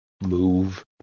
move